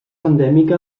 endèmica